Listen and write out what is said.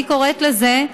אני קוראת לזה: